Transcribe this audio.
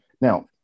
Now